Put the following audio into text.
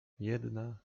jedna